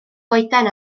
goeden